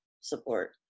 support